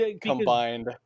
Combined